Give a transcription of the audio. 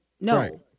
no